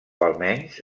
almenys